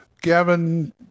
gavin